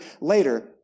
later